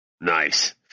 Nice